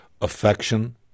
affection